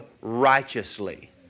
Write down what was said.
righteously